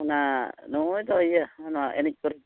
ᱚᱱᱟ ᱱᱚᱜᱼᱚᱭ ᱫᱚ ᱤᱭᱟᱹ ᱱᱚᱣᱟ ᱮᱱᱮᱡ ᱠᱚᱨᱮᱫ